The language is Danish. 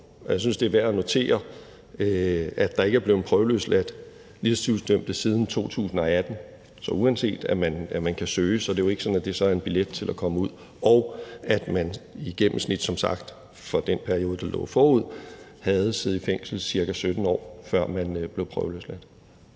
jeg synes, det er værd at notere, at der ikke er blevet prøveløsladt livstidsdømte siden 2018. Så uanset at man kan søge, er det jo ikke sådan, at det så er en billet til at komme ud. Og som sagt havde man i den periode, der lå forud, i gennemsnit siddet i fængsel ca. 17 år, før man blev prøveløsladt.